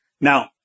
Now